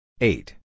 eight